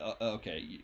okay